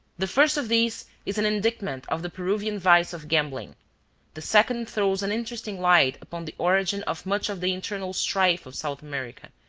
the first of these is an indictment of the peruvian vice of gambling the second throws an interesting light upon the origin of much of the internal strife of south america,